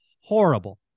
horrible